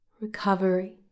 recovery